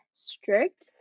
strict